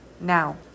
Now